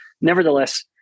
nevertheless